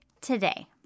today